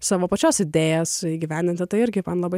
savo pačios idėjas įgyvendinti tai irgi man labai